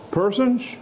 persons